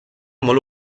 molt